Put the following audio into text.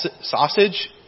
sausage